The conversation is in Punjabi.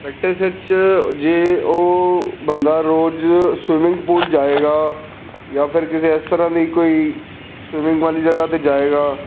ਪ੍ਰੈਕਟਿਸ ਵਿੱਚ ਜੇ ਉਹ ਬੰਦਾ ਰੋਜ਼ ਸਵਿਮਿੰਗ ਪੂਲ ਜਾਏਗਾ ਜਾਂ ਫਿਰ ਕਿਸੇ ਇਸ ਤਰ੍ਹਾਂ ਦੀ ਕੋਈ ਸਵਿਮਿੰਗ ਵਾਲੀ ਜਗ੍ਹਾ 'ਤੇ ਜਾਏਗਾ